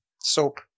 soap